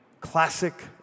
classic